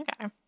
Okay